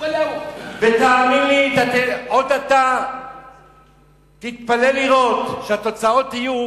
תאמין לי, אתה עוד תתפלא לראות שהתוצאות יהיו